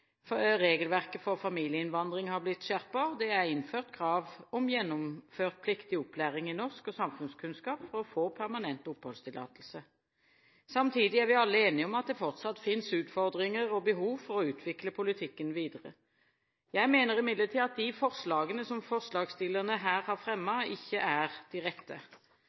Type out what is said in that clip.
beskyttelsesbehov, regelverket for familieinnvandring har blitt skjerpet, og det er innført krav om gjennomført pliktig opplæring i norsk og samfunnskunnskap for å få permanent oppholdstillatelse. Samtidig er vi alle enige om at det fortsatt finnes utfordringer og behov for å utvikle politikken videre. Jeg mener imidlertid at de forslagene som forslagsstillerne her har fremmet, ikke er de rette.